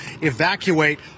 evacuate